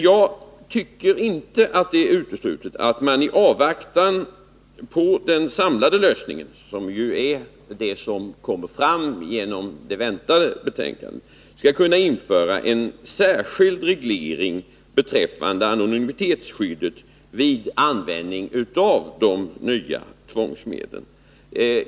Jag tycker inte att det är uteslutet att man i avvaktan på den samlade lösningen, som ju kommer fram genom det väntade betänkandet, skall kunna införa en särskild reglering beträffande anonymitetsskyddet vid användning av de nya tvångsmedlen.